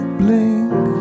blink